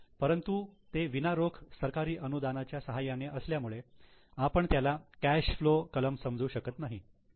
परंतु ते विना रोख सरकारी अनुदानाच्या सहाय्याने असल्यामुळे आपण त्याला कॅश फ्लो कलम समजू शकत नाही